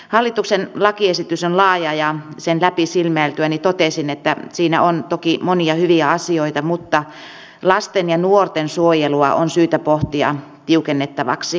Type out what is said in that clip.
hallituksen lakiesitys on laaja ja sen läpi silmäiltyäni totesin että siinä on toki monia hyviä asioita mutta lasten ja nuorten suojelua on syytä pohtia tiukennettavaksi edelleenkin